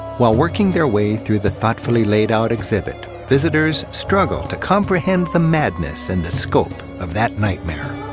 while working their way through the thoughtfully laid out exhibit, visitors struggle to comprehend the madness and the scope of that nightmare.